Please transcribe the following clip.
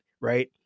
Right